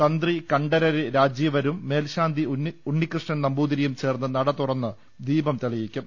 തന്ത്രി കണ്ടരര് രാജീവരും മേൽശാന്തി ഉണ്ണികൃഷ്ണൻ നമ്പൂതിരിയും ചേർന്ന് നടതുറന്ന് ദീപം തെളിയിക്കും